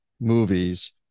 movies